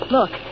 Look